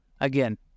Again